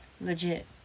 Legit